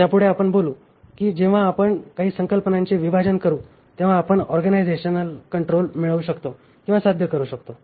त्यापुढे आपण बोलू की जेव्हा आपण काही संकल्पनांचे विभाजन करू तेव्हा आपण ऑर्गनायझेशनल कंट्रोल मिळवू शकतो किंवा साध्य करू शकतो